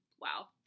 Wow